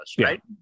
right